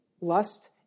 lust